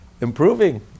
improving